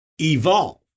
evolve